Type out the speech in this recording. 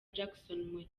jackson